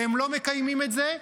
והם לא מקיימים את זה,